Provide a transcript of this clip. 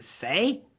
say